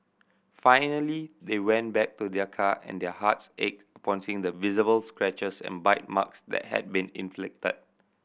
finally they went back to their car and their hearts ached upon seeing the visible scratches and bite marks that had been inflicted